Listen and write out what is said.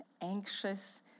anxious